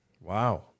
Wow